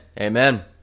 amen